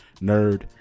nerd